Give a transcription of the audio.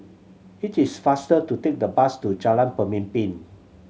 it is faster to take the bus to Jalan Pemimpin